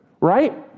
Right